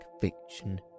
fiction